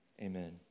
amen